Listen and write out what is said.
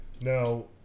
Now